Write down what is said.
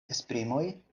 esprimoj